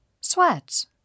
sweats